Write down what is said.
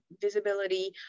visibility